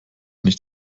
nicht